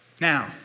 Now